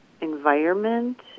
environment